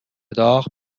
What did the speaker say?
داغ